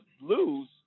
lose